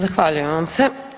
Zahvaljujem vam se.